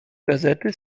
gazety